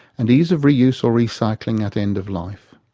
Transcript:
and ease of reuse or recycling at end of life.